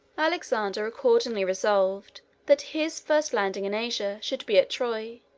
alexander accordingly resolved that his first landing in asia should be at troy.